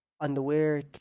underwear